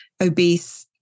obese